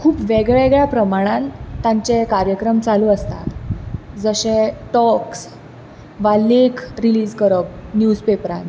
खूब वेगळ्या वेगळ्या प्रमाणांत तांचे कार्यक्रम चालू आसा जशे टॉक्स वा लेख रिलीज करप न्यूज पेपरांत